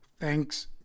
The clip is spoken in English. thanks